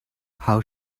how